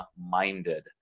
minded